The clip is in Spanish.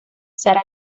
sara